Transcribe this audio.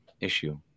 issue